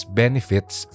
benefits